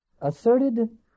Asserted